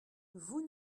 vous